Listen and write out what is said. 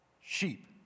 sheep